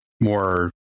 more